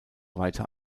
weiter